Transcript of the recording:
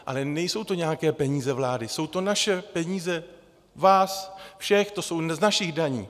Ale nejsou to nějaké peníze vlády, jsou to naše peníze, vás všech, jsou z našich daní.